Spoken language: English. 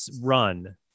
run